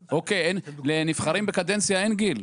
לנבחרים בקדנציה אין גיל.